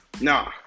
Nah